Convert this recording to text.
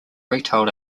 retail